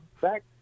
Back